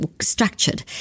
structured